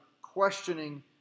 questioning